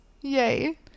yay